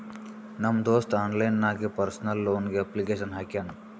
ನಮ್ ದೋಸ್ತ ಆನ್ಲೈನ್ ನಾಗೆ ಪರ್ಸನಲ್ ಲೋನ್ಗ್ ಅಪ್ಲಿಕೇಶನ್ ಹಾಕ್ಯಾನ್